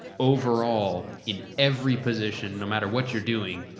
overall in every position, no matter what you're doing,